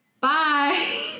Bye